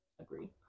agree